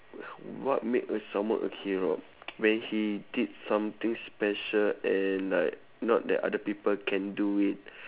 what make uh someone a hero when he did something special and like not that other people can do it